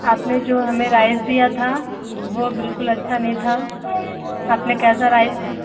आपने जो हमें राइस दिया था वो बिल्कुल अच्छा नहीं था आपने कैसा राइस दिया